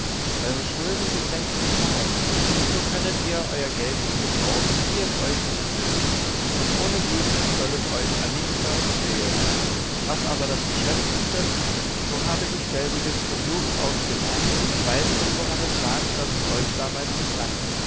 eure schulden sind längst bezahlt und so könnet ihr euer geldchen gebrauchen wie es euch gutdünkt und ohnedies soll es euch an nichts bei uns fehlen was aber das geschäft betrifft so habe ich selbiges von jugend auf gelernt und weiß nun woran es lag daß es euch damals mißlang